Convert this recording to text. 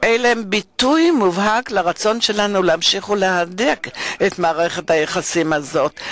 הם ביטוי מובהק לרצון שלנו להמשיך ולהדק את מערכת היחסים הזאת.